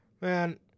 Man